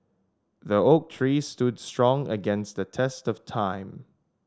the oak tree stood strong against the test of time